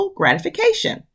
gratification